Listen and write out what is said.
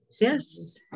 Yes